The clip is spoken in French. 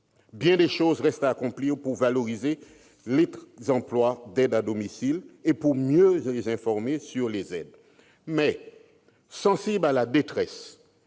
Bien des choses restent à accomplir pour valoriser les emplois d'aide à domicile et pour mieux informer sur les aides disponibles. Parce